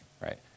right